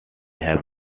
have